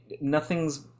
nothing's